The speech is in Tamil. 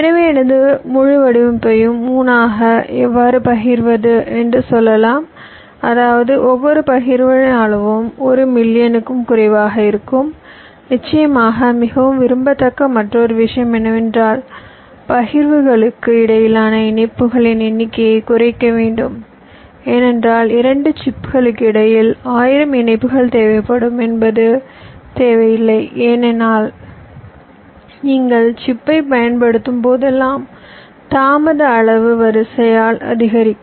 எனவே எனது முழு வடிவமைப்பையும் 3 ஆக எவ்வாறு பகிர்வது என்று சொல்லலாம் அதாவது ஒவ்வொரு பகிர்வுகளின் அளவும் 1 மில்லியனுக்கும் குறைவாக இருக்கும் நிச்சயமாக மிகவும் விரும்பத்தக்க மற்றொரு விஷயம் என்னவென்றால் பகிர்வுகளுக்கு இடையிலான இணைப்புகளின் எண்ணிக்கையை குறைக்க வேண்டும் ஏனென்றால் 2 சிப்களுக்கு இடையில் 1000 இணைப்புகள் தேவைப்படும் என்பது தேவை இல்லைஏனெனில் நீங்கள் சிப்பை பயன்படுத்தும் போதெல்லாம் தாமத அளவு வரிசையால் அதிகரிக்கும்